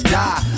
die